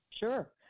Sure